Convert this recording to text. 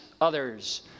others